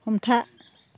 हमथा